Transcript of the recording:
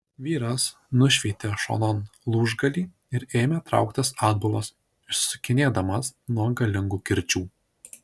vyras nušveitė šonan lūžgalį ir ėmė trauktis atbulas išsisukinėdamas nuo galingų kirčių